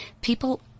People